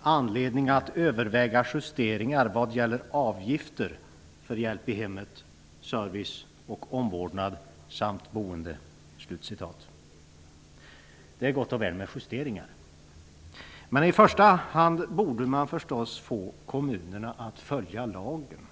anledning att överväga justeringar vad gäller avgifter för hjälp i hemmet, service och omvårdnad samt boende. Det är gott och väl med justeringar, men i första hand borde man förstås få kommunerna att följa lagen.